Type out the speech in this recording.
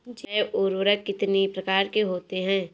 जैव उर्वरक कितनी प्रकार के होते हैं?